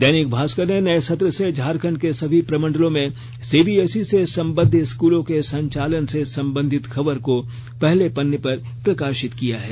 दैनिक भास्कर ने नए सत्र से झारखंड के सभी प्रमंडलों में सीबीएसई से संबद्ध स्कूलों के संचालन से संबंधित खबर को पहले पन्ने पर प्रकाशित किया है